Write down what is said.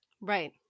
Right